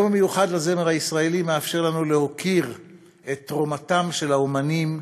היום המיוחד לזמר הישראלי מאפשר לנו להוקיר את תרומתם של האמנים,